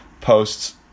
posts